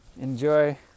enjoy